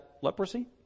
leprosy